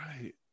right